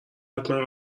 حتما